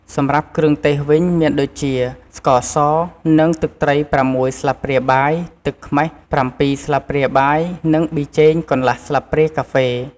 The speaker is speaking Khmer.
សម្រាប់គ្រឿងទេសវិញ មានដូចជា ស្ករស និង ទឹកត្រី៦ស្លាបព្រាបាយ ទឹកខ្មេះ៧ស្លាបព្រាបាយ និងប៊ីចេងកន្លះស្លាបព្រាកាហ្វេ។